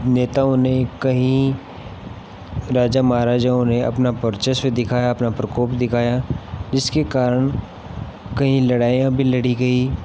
नेताओं ने कहीं राजा महाराजाओं ने अपना वर्चस्व दिखाया अपना प्रकोप दिखाया जिसके कारण कई लड़ाइयाँ भी लड़ी गई